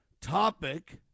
Topic